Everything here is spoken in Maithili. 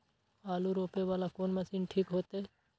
आलू रोपे वाला कोन मशीन ठीक होते?